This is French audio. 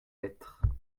être